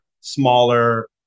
smaller